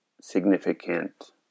significant